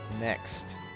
Next